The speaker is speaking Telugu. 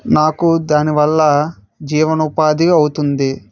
నాకు దాని వల్ల జీవనోపాధి అవుతుంది